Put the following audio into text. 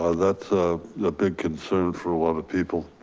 ah that's a big concern for a lot of people.